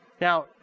Now